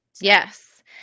Yes